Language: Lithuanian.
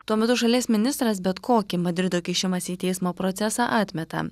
tuo metu šalies ministras bet kokį madrido kišimąsi į teismo procesą atmeta